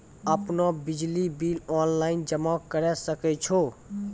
आपनौ बिजली bill online जमा करै सकै छौ?